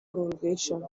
congregation